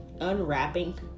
unwrapping